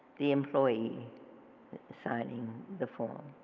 the employee signing the form.